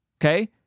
Okay